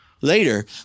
later